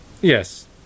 Yes